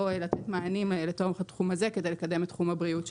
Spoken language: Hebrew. לתת מענים לתחום הזה כדי לקדם את תחום הבריאות שלנו.